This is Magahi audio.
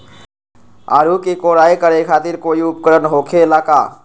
आलू के कोराई करे खातिर कोई उपकरण हो खेला का?